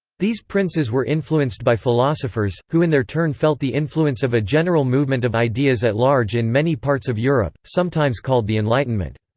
these princes were influenced by philosophers, who in their turn felt the influence of a general movement of ideas at large in many parts of europe, sometimes called the enlightenment.